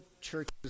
churches